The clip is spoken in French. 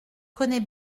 connais